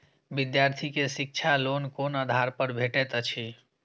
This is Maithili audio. विधार्थी के शिक्षा लोन कोन आधार पर भेटेत अछि?